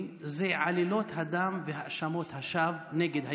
זה עלילות הדם והאשמות השווא נגד היהודים,